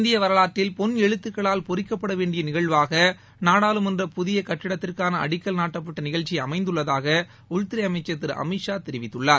இந்திய வரலாற்றில் பொன் எழுத்துகளால் பொறிக்கப்பட வேண்டிய நிகழ்வாக நாடாளுமன்ற புதிய கட்டிடத்திற்கான அடிக்கல் நாட்டப்பட்ட நிகழ்ச்சி அமைந்நதுள்ளதாக உள்துறை அமைச்ச் திரு அமித்ஷா தெரிவித்துள்ளார்